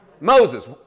Moses